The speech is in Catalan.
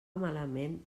malament